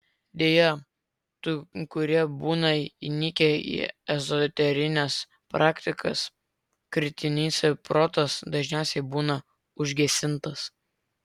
deja tų kurie būna įnikę į ezoterines praktikas kritinis protas dažniausiai būna užgesintas